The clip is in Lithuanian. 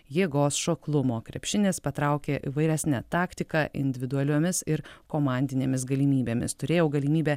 jėgos šoklumo krepšinis patraukė įvairesne taktika individualiomis ir komandinėmis galimybėmis turėjau galimybę